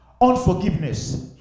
unforgiveness